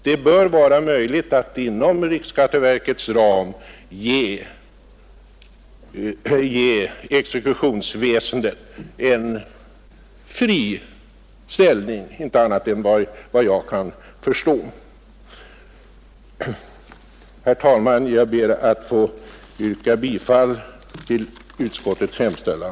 Det bör vara möjligt att inom riksskatteverkets ram ge exekutionsväsendet en fri ställning, inte annat än vad jag kan förstå. Herr talman! Jag ber att få yrka bifall till utskottets hemställan.